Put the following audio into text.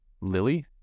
Lily